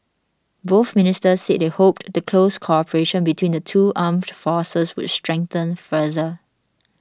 both ministers said they hoped the close cooperation between the two armed forces would strengthen further